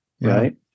right